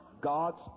God's